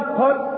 put